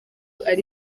ari